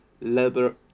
labor